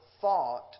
thought